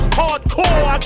hardcore